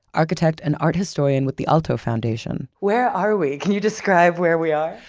architect and art historian with the aalto foundation. where are we? can you describe where we are?